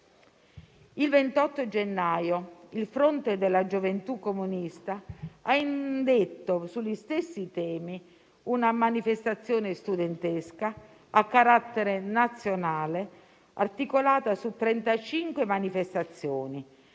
Il 28 gennaio il Fronte della gioventù comunista ha indetto sugli stessi temi una manifestazione studentesca a carattere nazionale, articolata su 35 manifestazioni,